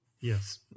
yes